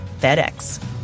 FedEx